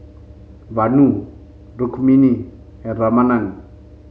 Vanu Rukmini and Ramanand